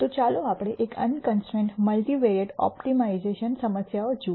તો ચાલો આપણે એક અનકન્સ્ટ્રૈન્ટ મલ્ટિવેરિએંટ ઓપ્ટિમાઝિઓ સમસ્યા જુઓ